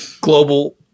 global